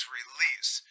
release